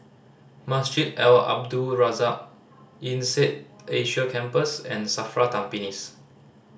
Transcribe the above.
Masjid Al Abdul Razak INSEAD Asia Campus and SAFRA Tampines